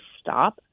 stop